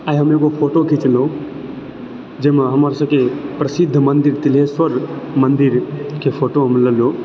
आइ हम एगो फोटो खिंचलहुँ जाहिमे हमर सभकऽ प्रसिद्ध मन्दिर तिल्हेश्वर मन्दिरकऽ फोटो हम लेलहुँ